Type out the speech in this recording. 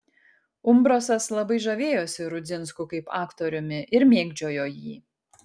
umbrasas labai žavėjosi rudzinsku kaip aktoriumi ir mėgdžiojo jį